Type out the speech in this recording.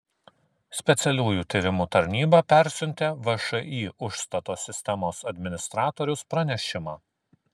specialiųjų tyrimų tarnyba persiuntė všį užstato sistemos administratorius pranešimą